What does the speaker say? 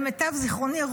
למיטב זיכרוני,